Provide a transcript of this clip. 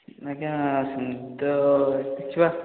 ଆଜ୍ଞା ସେମିତି ତ ଦେଖିବା